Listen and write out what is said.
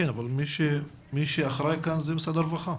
כן, אבל מי שאחראי כאן זה משרד הרווחה.